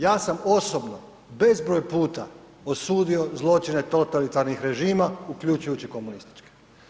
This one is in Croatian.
Ja sam osobno bezbroj puta osudio zločine totalitarnih režima uključujući komunističke.